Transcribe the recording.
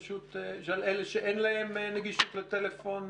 של אלה שאין להם נגישות לטלפון